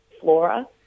flora